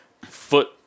foot